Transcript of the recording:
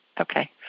Okay